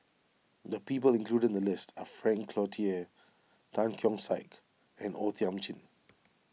the people included in the list are Frank Cloutier Tan Keong Saik and O Thiam Chin